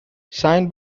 signed